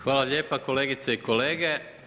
Hvala lijepa kolegice i kolege.